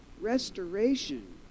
restoration